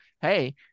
hey